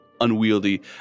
unwieldy